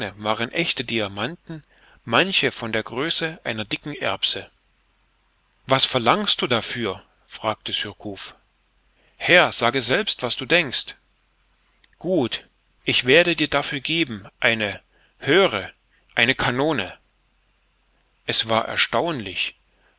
waren ächte diamanten manche von der größe einer dicken erbse was verlangst du dafür fragte surcouf herr sage selbst was du denkst gut ich werde dir dafür geben eine höre eine kanone es war erstaunlich